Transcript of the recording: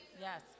Yes